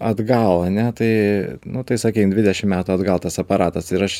atgal ane tai nu tai sakykim dvidešim metų atgal tas aparatas ir aš